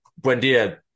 Buendia